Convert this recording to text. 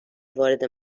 وارد